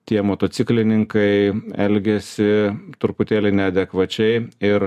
tie motociklininkai elgiasi truputėlį neadekvačiai ir